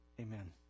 amen